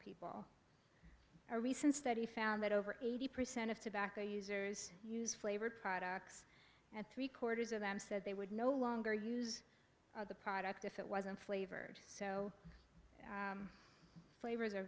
people a recent study found that over eighty percent of tobacco users use flavored products and three quarters of them said they would no longer use the product if it wasn't flavored so flavors are